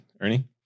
ernie